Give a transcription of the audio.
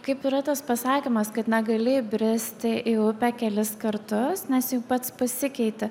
kaip yra tas pasakymas kad negali bristi į upę kelis kartus nes jau pats pasikeiti